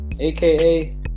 aka